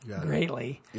greatly